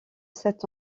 sept